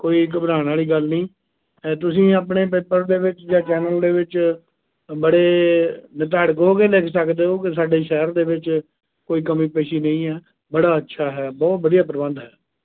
ਕੋਈ ਘਬਰਾਉਣ ਵਾਲੀ ਗੱਲ ਨਹੀਂ ਅ ਤੁਸੀਂ ਆਪਣੇ ਪੇਪਰ ਦੇ ਵਿੱਚ ਜਾਂ ਚੈਨਲ ਦੇ ਵਿੱਚ ਬੜੇ ਨਿਧੜਕ ਹੋ ਕੇ ਲਿਖ ਸਕਦੇ ਹੋ ਕਿ ਸਾਡੇ ਸ਼ਹਿਰ ਦੇ ਵਿੱਚ ਕੋਈ ਕਮੀ ਪੇਸ਼ੀ ਨਹੀਂ ਹੈ ਬੜਾ ਅੱਛਾ ਹੈ ਬਹੁਤ ਵਧੀਆ ਪ੍ਰਬੰਧ ਹੈ